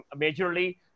majorly